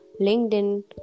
LinkedIn